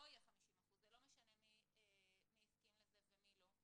לא משנה מי הסכים לזה ומי לא.